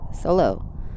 solo